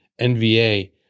NVA –